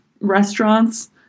restaurants